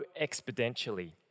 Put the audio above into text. exponentially